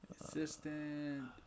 Assistant